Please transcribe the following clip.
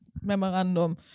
memorandum